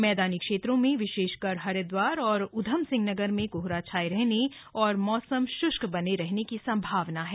मैदानी क्षेत्रों में विशेषकर हरिद्वार और ऊधमसिंहनगर में कोहरा छाए रहने और मौसम श्ष्क रहने की संभावना है